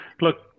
look